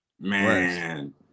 man